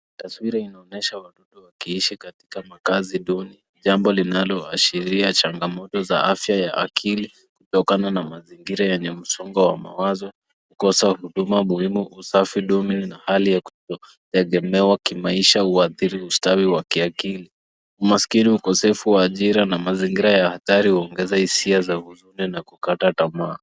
Taswira inaonyesha watoto wakiishi katika makazi duni jambo linaloashiria changamoto za afya ya akili kutokana na mazingira yenye msongo wa mawazo, kukosa huduma muhimu, usafi duni na hali ya kutotegemewa kimaisha huathiri ustawi wa kiakili. Umaskini, ukosefu wa ajira na mazingira ya hatari huongeza hisia za huzuni na kukata tamaa.